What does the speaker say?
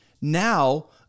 now